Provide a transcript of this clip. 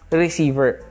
receiver